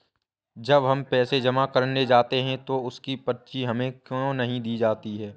जब हम पैसे जमा करने जाते हैं तो उसकी पर्ची हमें क्यो नहीं दी जाती है?